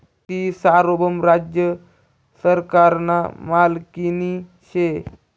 ती सार्वभौम राज्य सरकारना मालकीनी शे